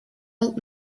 old